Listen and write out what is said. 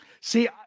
See